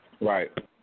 Right